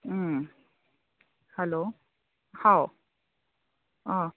ꯎꯝ ꯍꯜꯂꯣ ꯍꯥꯎ ꯑꯥ